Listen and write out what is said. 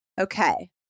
Okay